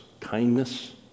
kindness